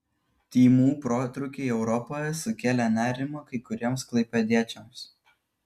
tymų protrūkiai europoje sukėlė nerimą kai kuriems klaipėdiečiams